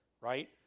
right